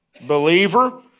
Believer